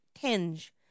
tinge